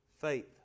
faith